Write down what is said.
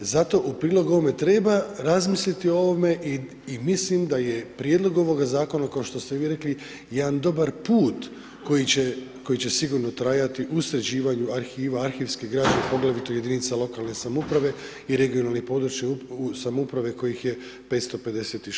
Zato u prilog ovome treba razmisliti o ovome i mislim da je prijedlog ovoga zakona kao što ste i vi rekli, jedan dobar put koji će sigurno trajati u sređivanju arhiva, arhivske građe, poglavito jedinica lokalne samouprave i regionalne i područne samouprave kojih je 556 u RH.